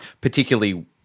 particularly